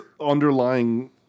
underlying